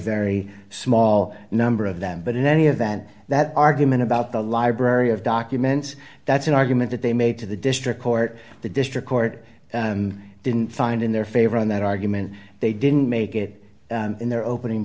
very small number of them but in any event that argument about the library of documents that's an argument that they made to the district court the district court didn't find in their favor on that argument they didn't make it in their opening